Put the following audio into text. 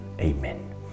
Amen